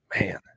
Man